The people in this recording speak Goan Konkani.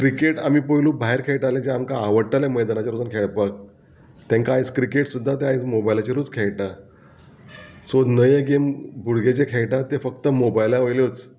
क्रिकेट आमी पयलू भायर खेळटाले जें आमकां आवडटालें मैदानाचेर वचून खेळपाक तेंकां आयज क्रिकेट सुद्दां ते आयज मोबायलाचेरूच खेळटा सो नव्यो गेम भुरगे जे खेळटा तें फक्त मोबायला वयल्योच